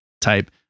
type